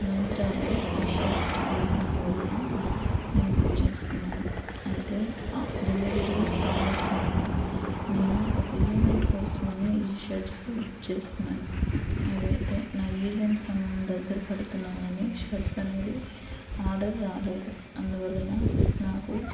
మింత్రాలో ఈ షర్ట్స్ దొరికినందువల్ల నేను బుక్ చేసుకున్నాను అయితే డెలివరీ ఆలస్యమైంది నేను ఒక ఈవెంట్ కోసమని ఈ షర్ట్స్ బుక్ చేసుకున్నాను అవి అయితే నా ఈవెంట్ సమయం దగ్గర పడుతున్నా కానీ షర్ట్స్ అనేది ఆర్డర్ రాలేదు అందువల్ల నాకు